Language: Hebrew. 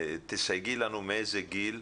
תסייגי לנו מאיזה גיל.